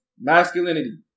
masculinity